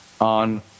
on